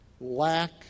lack